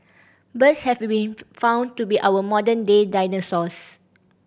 birds have been found to be our modern day dinosaurs